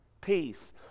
Peace